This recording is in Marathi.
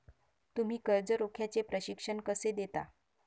तुम्ही कर्ज रोख्याचे प्रशिक्षण कसे देता?